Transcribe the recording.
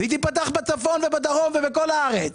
היא תיפתח בצפון, בדרום ובכל הארץ.